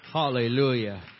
Hallelujah